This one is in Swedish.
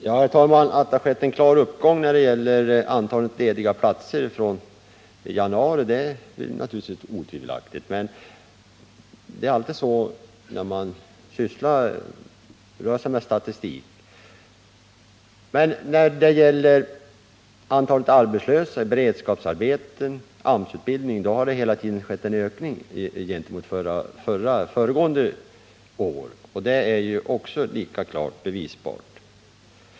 Herr talman! Att det har skett en klar uppgång i antalet lediga platser sedan januari är naturligtvis inte osannolikt. Men när det gäller antalet arbetslösa, i beredskapsarbeten och i AMS-utbildning har det hela tiden skett en ökning gentemot föregående år, och det är lika klart bevisbart.